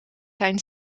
zijn